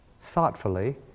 thoughtfully